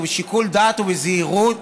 בשיקול דעת ובזהירות.